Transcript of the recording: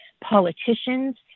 politicians